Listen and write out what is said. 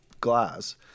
glass